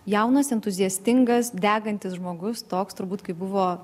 jaunas entuziastingas degantis žmogus toks turbūt kaip buvo